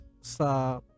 sa